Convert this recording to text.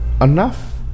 enough